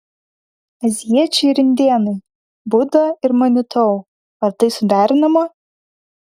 azijiečiai ir indėnai buda ir manitou ar tai suderinama